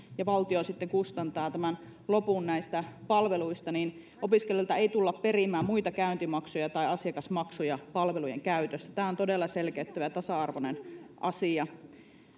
ja valtio sitten kustantaa tämän lopun näistä palveluista niin opiskelijoilta ei tulla perimään muita käyntimaksuja tai asiakasmaksuja palvelujen käytöstä tämä on todella selkeyttävä ja tasa arvoinen asia